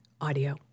audio